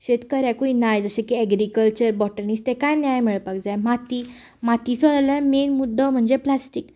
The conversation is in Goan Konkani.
शेतकऱ्याकूय नाय जशें की एग्रीकलचर बोटनी तेकाय ज्ञान मेळपाक जाय माती मातीचो जाल्यार मेन मुद्दो म्हणजे प्लास्टीक